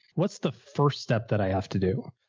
what's the first step that i have to do?